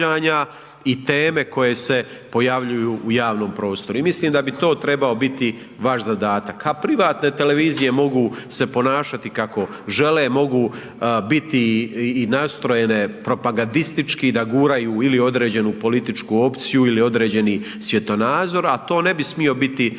i teme koje se pojavljuju u javnom prostoru i mislim da bi to trebao biti vaš zadatak, a privatne televizije mogu se ponašati kako žele, mogu biti i nastrojene propagadistički da guraju ili određenu političku opciju ili određeni svjetonazor, a to ne bi smio biti